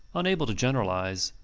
unable to generalize,